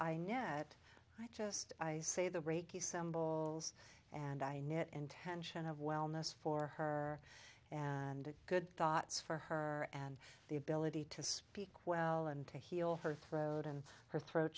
i know that i just i say the reiki symbols and i knit intention of wellness for her and good thoughts for her and the ability to speak well and to heal her throat and her